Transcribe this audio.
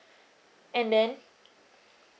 and then